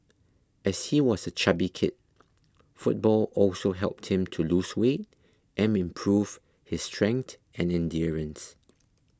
as he was a chubby kid football also helped him to lose weight and improve his strength and endurance